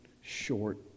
short